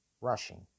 rushing